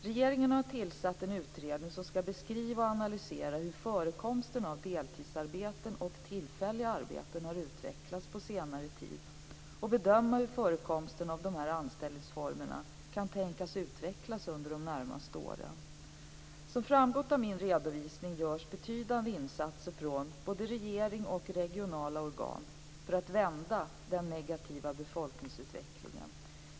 Regeringen har tillsatt en utredning som skall beskriva och analysera hur förekomsten av deltidsarbeten och tillfälliga arbeten har utvecklats på senare tid och bedöma hur förekomsten av dessa anställningsformer kan tänkas utvecklas under de närmaste åren. Som framgått av min redovisning görs betydande insatser från både regeringen och regionala organ för att vända den negativa befolkningsutvecklingen.